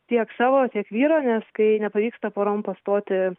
tiek savo tiek vyro nes kai nepavyksta porom pastoti